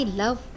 love